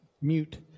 mute